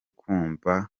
kumva